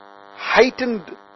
heightened